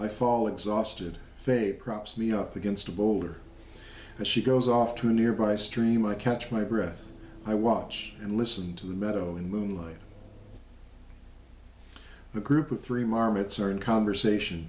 i fall exhausted faith props me up against a boulder and she goes off to a nearby stream i catch my breath i watch and listen to the meadow in moonlight the group of three marmots are in conversation